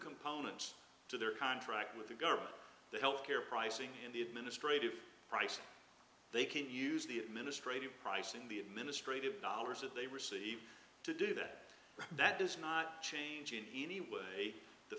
components to their contract with the government the health care pricing and the administrative price they can use the administrative pricing the administrative dollars that they receive to do that that does not change in any way the